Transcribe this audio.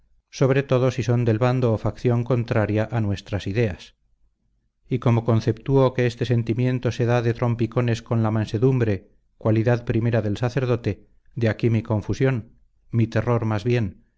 sobre todo si son del bando o facción contraria a nuestras ideas y como conceptúo que este sentimiento se da de trompicones con la mansedumbre cualidad primera del sacerdote de aquí mi confusión mi terror más bien